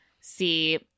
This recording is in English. see